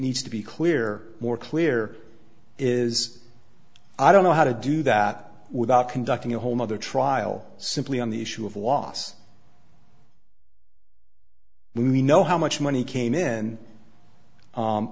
needs to be clear more clear is i don't know how to do that without conducting a whole other trial simply on the issue of was me know how much money came in